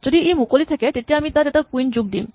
যদি ই মুকলি থাকে তেতিয়া আমি তাত এটা কুইন যোগ দিম